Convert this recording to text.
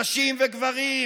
נשים וגברים,